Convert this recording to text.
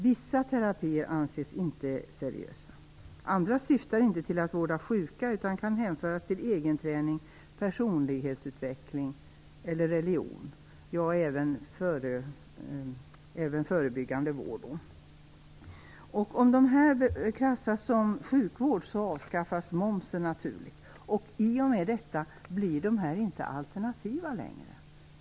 Vissa terapier anses inte seriösa. Andra syftar inte till att vårda sjuka utan kan hänföras till egenträning, personlighetsutveckling eller religion, även förebyggande vård. Om de klassas som sjukvård avskaffas momsen, och i och med detta blir de inte längre alternativa.